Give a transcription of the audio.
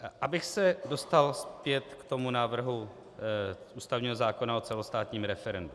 Abych se dostal zpět k tomu návrhu ústavního zákona o celostátním referendu.